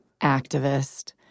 activist